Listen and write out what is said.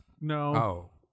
No